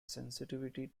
sensitivity